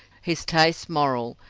his tastes moral,